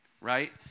right